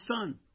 son